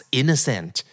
innocent